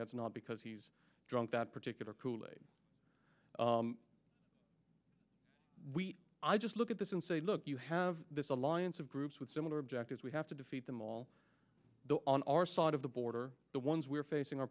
that's not because he's drunk that particular kool aid we i just look at this and say look you have this alliance of groups with similar objectives we have to defeat them all the on our side of the border the ones we're facing are